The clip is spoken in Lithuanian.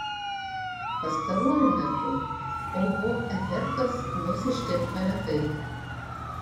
pastaruoju metu oho efektas mus ištinka retai